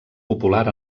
popular